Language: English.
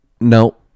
no